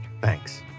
Thanks